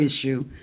issue